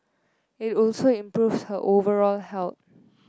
it also improves her overall health